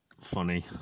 funny